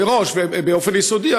מראש באופן יסודי,